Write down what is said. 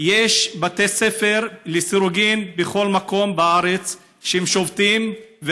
יש בתי ספר בכל מקום בארץ ששובתים לסירוגין,